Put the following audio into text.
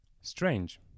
Strange